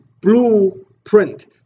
blueprint